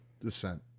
descent